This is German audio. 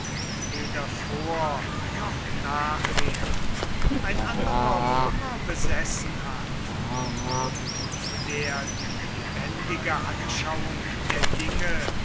weder vor noch nachher ein anderer römer besessen hat und zu der die lebendige anschauung der dinge